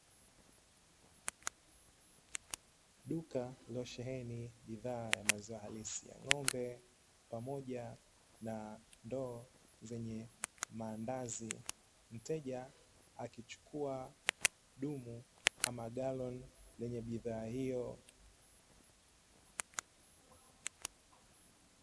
Duka lililosheheni bidhaa ya maziwa halisi ya ng'ombe, pamoja na ndoo zenye maandazi. Mteja akichukuwa dumu ama galoni lenye bidhaa hiyo.